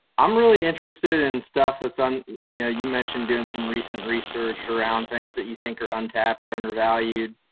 i'm really interested in stuff that's on, you know, you mentioned doing some recent research around things that you think are untapped or undervalued.